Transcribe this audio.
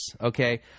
okay